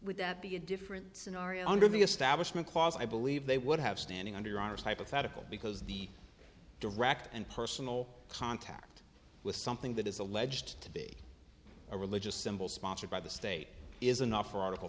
would that be a different scenario under the establishment clause i believe they would have standing under our hypothetical because the direct and personal contact with something that is alleged to be a religious symbol sponsored by the state is an awful article